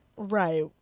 Right